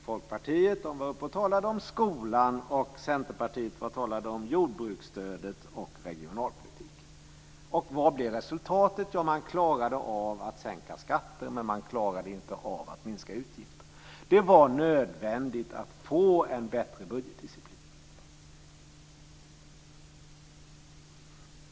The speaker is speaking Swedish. Folkpartiet talade om skolan och Centerpartiet talade om jordbruksstödet och regionalpolitiken. Vad blev resultatet? Man klarade av att sänka skatten, men man klarade inte av att minska utgifterna. Det var nödvändigt att få en bättre budgetdisciplin.